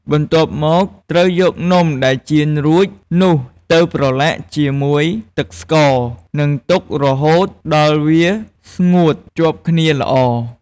បន្ទាប់មក ត្រូវយកនំដែលចៀនរួចនោះទៅប្រឡាក់ជាមួយទឹកស្ករ និងទុករហូតដល់វាស្ងួតជាប់គ្នាល្អ។